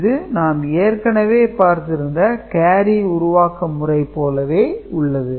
இது நாம் ஏற்கனவே பார்த்திருந்த கேரி உருவாக்கு முறை போலவே உள்ளது